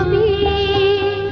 e